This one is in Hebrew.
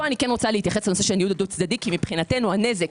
מבחינתנו הנזק,